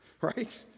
Right